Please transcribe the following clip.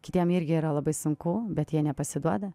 kitiem irgi yra labai sunku bet jie nepasiduoda